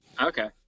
Okay